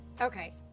Okay